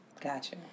Gotcha